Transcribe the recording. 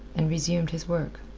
and resumed his work.